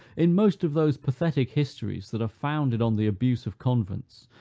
in most of those pathetic histories that are founded on the abuse of convents,